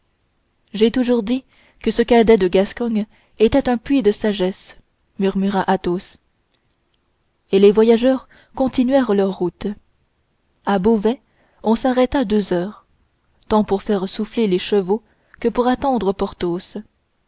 j'ai toujours dit que ce cadet de gascogne était un puits de sagesse murmura athos et les voyageurs continuèrent leur route à beauvais on s'arrêta deux heures tant pour faire souffler les chevaux que pour attendre porthos au